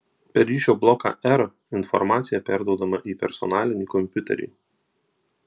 per ryšio bloką r informacija perduodama į personalinį kompiuterį